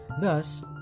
Thus